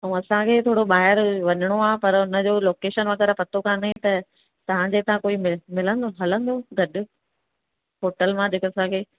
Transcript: ऐं असांखे थो बाहिरि वञिणो आहे पर हुनजो लोकेशन वगै़राह पतो कोन्हे त तव्हांजे हितां कोई मिल मिलंदो हलंदो गॾु होटल मां जेके असांखे